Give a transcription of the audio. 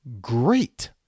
great